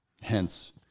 Hence